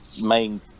main